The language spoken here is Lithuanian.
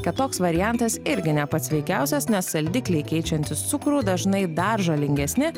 kad toks variantas irgi ne pats sveikiausias nes saldikliai keičiantys cukrų dažnai dar žalingesni